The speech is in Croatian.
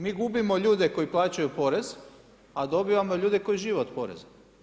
Mi gubimo ljude koji plaćaju porez a dobivamo ljude koji žive od poreza.